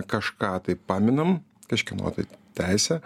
kažką tai paminam kažkieno tai teisę